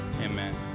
Amen